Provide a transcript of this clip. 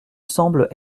semble